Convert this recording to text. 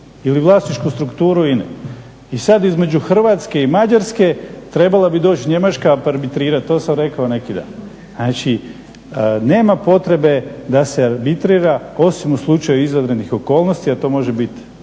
ili vlasničku strukturu INA-e i sad između Hrvatske i Mađarske trebala bi doći Njemačka arbitrirati, to sam rekao neki dan. Znači, nema potrebe da se arbitrira, osim u slučaju izvanrednih okolnosti, a to može biti